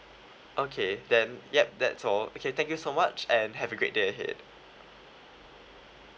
okay then yup that's all okay thank you so much and have a great day ahead